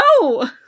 No